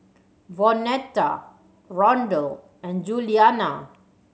Vonetta Rondal and Julianna